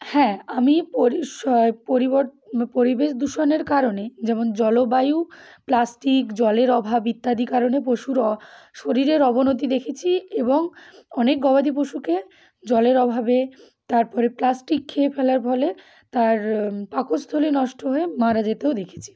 হ্যাঁ আমি পরিশ পরিবর পরিবেশ দূষণের কারণে যেমন জলবায়ু প্লাস্টিক জলের অভাব ইত্যাদি কারণে পশুর শরীরের অবনতি দেখেছি এবং অনেক গবাদি পশুকে জলের অভাবে তারপরে প্লাস্টিক খেয়ে ফেলার ফলে তার পাকস্থলী নষ্ট হয়ে মারা যেতেও দেখেছি